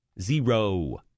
zero